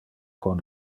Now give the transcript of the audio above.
con